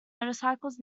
motorcycles